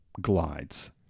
glides